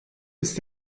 ist